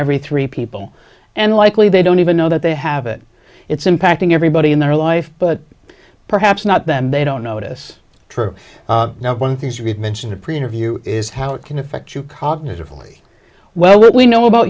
every three people and likely they don't even know that they have it it's impacting everybody in their life but perhaps not them they don't notice true no one things you've mentioned a pre interview is how it can affect you cognitively well what we know about